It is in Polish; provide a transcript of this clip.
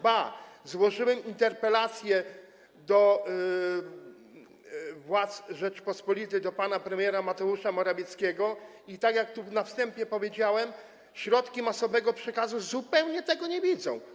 Ba, złożyłem interpelację do władz Rzeczypospolitej, do pana premiera Mateusza Morawieckiego, i tak jak na wstępie powiedziałem, środki masowego przekazu zupełnie tego nie widzą.